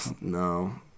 No